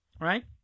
Right